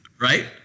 Right